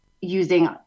using